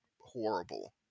horrible